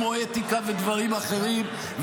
כמו אתיקה ודברים אחרים,